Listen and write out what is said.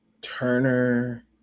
Turner